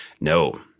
No